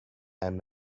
and